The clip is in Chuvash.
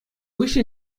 хыҫҫӑн